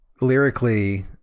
lyrically